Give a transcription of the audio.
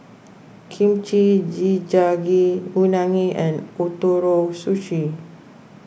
Kimchi Jjigae Unagi and Ootoro Sushi